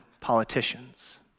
politicians